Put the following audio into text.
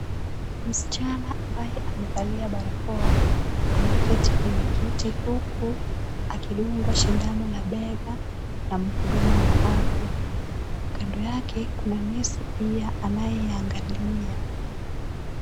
Msichana ambaye amevalia barakoa, ameketi kwenye kiti huku akidungwa sindano la bega na mhuduma wa afya. Kando yake, kuna nesi pia anayeiangalia.